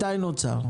מתי נוצר הכלל?